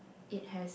it has